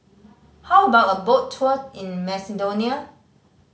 how about a boat tour in Macedonia